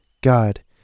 God